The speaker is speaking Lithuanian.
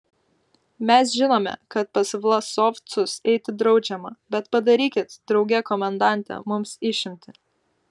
mes žinome kad pas vlasovcus eiti draudžiama bet padarykit drauge komendante mums išimtį